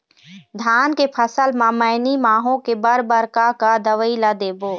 धान के फसल म मैनी माहो के बर बर का का दवई ला देबो?